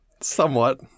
somewhat